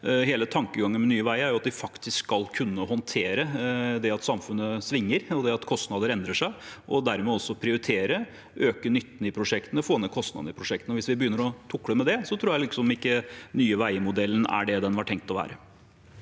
Hele tankegangen med Nye veier er at de faktisk skal kunne håndtere det at samfunnet svinger, og det at kostnader endrer seg, og dermed også prioritere, øke nytten i prosjektene og få ned kostnaden i prosjektene. Hvis vi begynner å tukle med det, tror jeg ikke Nye veier-modellen er det den var tenkt å være.